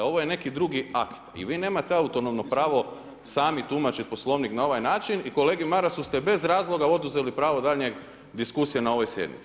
Ovo je neki drugi akt i vi nemate autonomno pravo sami tumačiti Poslovnik na ovaj način i kolegi Marasu ste bez razloga oduzeli pravo daljnje diskusije na ovoj sjednici.